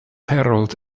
herald